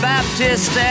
Baptist